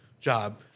job